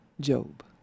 Job